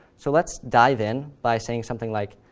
so let's dive in by saying something like